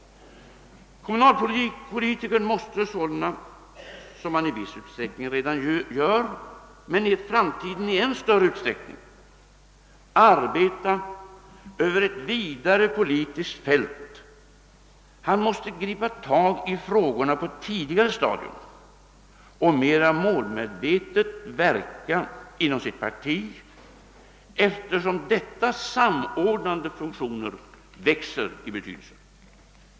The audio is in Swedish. Kom munalpolitikern måste sålunda — vilket han i viss utsträckning för övrigt redan gör, men i framtiden i än större utsträckning kommer att göra — arbeta över ett vidare politiskt fält. Han måste gripa tag i frågorna på ett tidigare stadium och mera målmedvetet verka inom sitt parti, eftersom dessa samordnande funktioner växer i betydelse.